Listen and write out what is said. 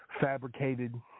fabricated